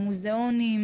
דרך המוזיאונים